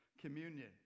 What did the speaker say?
Communion